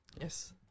Yes